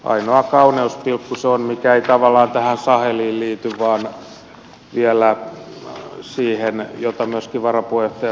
ainoa kauneuspilkku on se mikä ei tavallaan tähän saheliin liity vaan vielä siihen mistä myöskin varapuheenjohtaja salolainen puhui